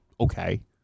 okay